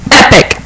epic